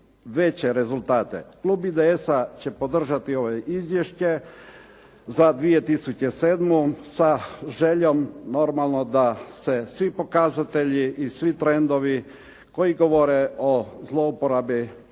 veće rezultate. Klub IDS-a će podržati ovo izvješće za 2007. sa željom normalno da se svi pokazatelji i svi trendovi koji govore o zlouporabi